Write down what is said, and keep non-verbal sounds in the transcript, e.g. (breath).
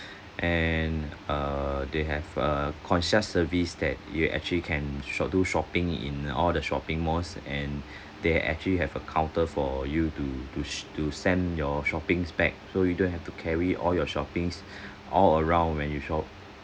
(breath) and err they have a concierge service that you actually can shop do shopping in all the shopping malls and (breath) they actually have a counter for you to to s~ to send your shoppings bag so you don't have to carry all your shoppings (breath) all around when you shop